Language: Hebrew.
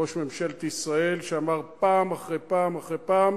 ראש ממשלת ישראל, שאמר פעם אחרי פעם אחרי פעם: